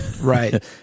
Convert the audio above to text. Right